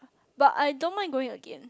but I don't mind going again